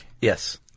Yes